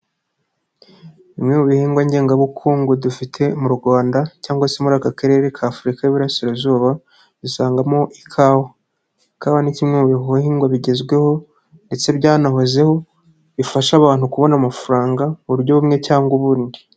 Bimwe mu bihingwa ngengabukungu dufite mu Rwanda cyangwa se muri aka karere ka Afurika y'Iburasirazuba dusangamo ikawa. Ikawa ni kimwe mu bihingwa bigezweho ndetse byanahozeho, bifasha abantu kubona amafaranga mu uburyo bumwe cyangwa ubundi.